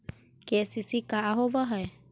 KCC का होव हइ?